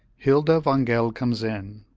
hilda wangel comes in.